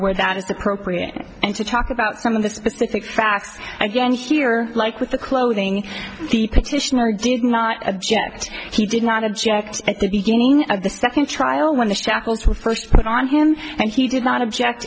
where that is appropriate and to talk about some of the specific facts again here like with the clothing the petitioner did not object he did not object at the beginning of the second trial when this tackles were first put on him and he did not object